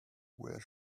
where